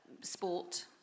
sport